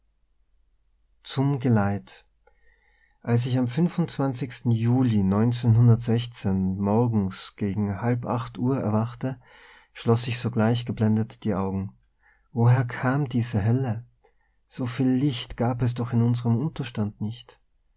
zum geleit als ich am juli morgens gegen halb acht uhr erwachte schloß ich sogleich geblendet die augen woher kam diese helle so viel licht gab es doch in unserem unterstand nicht